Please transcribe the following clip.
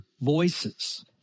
voices